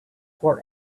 for